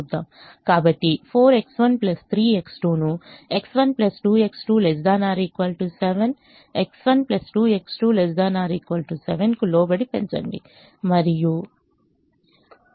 కాబట్టి 4X1 3X2 ను X1 2X2 ≤ 7 X1 2X2 ≤ 7 కు లోబడి పెంచండి